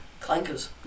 Clankers